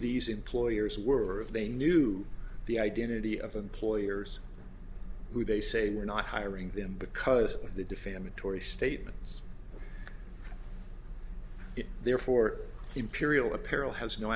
these employers were of they knew the identity of employers who they say they're not hiring them because of the defamatory statements therefore imperial apparel has no